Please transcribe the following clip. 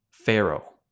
Pharaoh